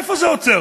איפה זה עוצר?